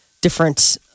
different